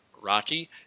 Rocky